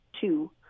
two